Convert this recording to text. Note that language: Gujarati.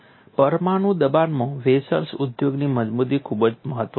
પરમાણુ દબાણમાં વેસલ્સ ઉદ્યોગની મજબૂતી ખૂબ જ મહત્વપૂર્ણ છે